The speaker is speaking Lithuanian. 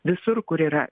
visur kur yra